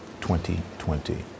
2020